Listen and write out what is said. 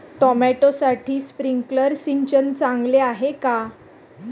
टोमॅटोसाठी स्प्रिंकलर सिंचन चांगले आहे का?